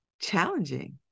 challenging